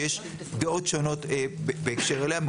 שיש דעות שונות בהקשר אליה.